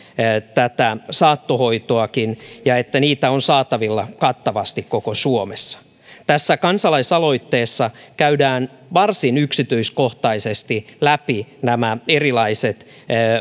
tätä saattohoitoakin ja että niitä on saatavilla kattavasti koko suomessa tässä kansalaisaloitteessa käydään varsin yksityiskohtaisesti läpi nämä erilaiset